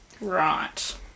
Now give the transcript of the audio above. Right